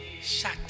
shut